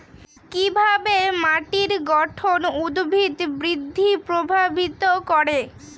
কিভাবে মাটির গঠন উদ্ভিদ বৃদ্ধি প্রভাবিত করে?